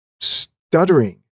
stuttering